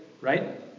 right